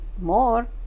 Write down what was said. more